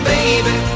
Baby